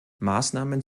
maßnahmen